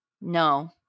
No